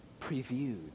previewed